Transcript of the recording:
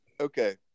Okay